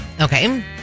Okay